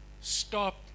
Stop